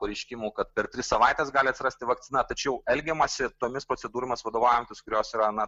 pareiškimų kad per tris savaites gali atsirasti vakcina tačiau elgiamasi tomis procedūromis vadovautis kurios yra na